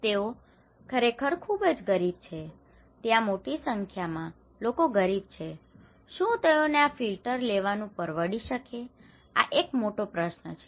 તેઓ ખરેખર ખૂબ જ ગરીબ છે ત્યાં મોટી સંખ્યામાં લોકો ગરીબ છે શું તેઓને આ ફિલ્ટર્સ લેવાનું પરવડી શકે આ એક મોટો પ્રશ્ન છે